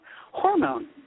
hormone